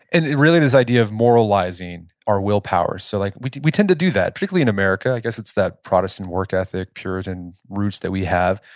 and really this idea of moralizing our willpower, so like we we tend to do that. particularly in america. i guess it's that protestant work ethic, puritan roots that we have,